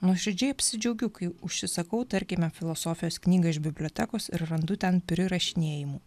nuoširdžiai apsidžiaugiu kai užsisakau tarkime filosofijos knygą iš bibliotekos ir randu ten prirašinėjimų